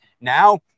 Now